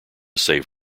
save